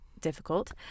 difficult